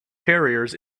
terriers